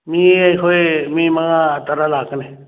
ꯃꯤ ꯑꯩꯈꯣꯏ ꯃꯤ ꯃꯉꯥ ꯇꯔꯥ ꯂꯥꯛꯀꯅꯤ